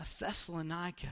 Thessalonica